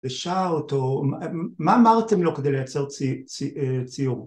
ושאל אותו, מה אמרתם לו כדי לייצר ציור